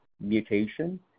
mutation